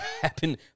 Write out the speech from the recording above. happen